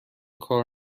کار